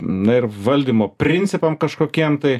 na ir valdymo principam kažkokiem tai